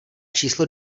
číslo